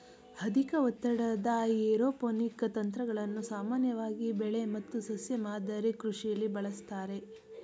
ಅಧಿಕ ಒತ್ತಡದ ಏರೋಪೋನಿಕ್ ತಂತ್ರಗಳನ್ನು ಸಾಮಾನ್ಯವಾಗಿ ಬೆಳೆ ಮತ್ತು ಸಸ್ಯ ಮಾದರಿ ಕೃಷಿಲಿ ಬಳಸ್ತಾರೆ